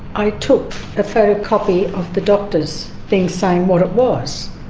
i took a photocopy of the doctor's thing saying what it was.